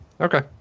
Okay